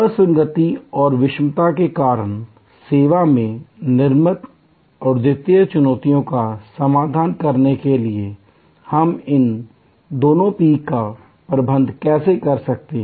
असंगति और विषमता के कारण सेवा में निर्मित अद्वितीय चुनौतियों का समाधान करने के लिए हम इन दोनों P का प्रबंधन कैसे कर सकते हैं